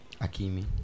Akimi